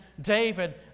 David